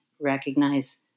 recognize